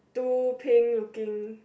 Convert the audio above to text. two pink looking